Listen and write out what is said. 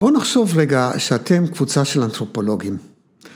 ‫בואו נחשוב רגע ‫שאתם קבוצה של אנתרופולוגים.